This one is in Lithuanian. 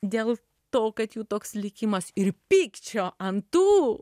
dėl to kad jų toks likimas ir pykčio ant tų